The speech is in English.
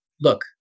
look